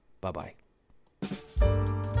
Bye-bye